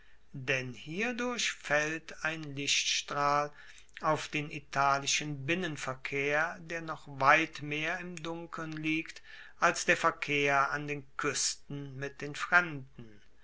denn hierdurch faellt ein lichtstrahl auf den italienischen binnenverkehr der noch weit mehr im dunkeln liegt als der verkehr an den kuesten mit den fremden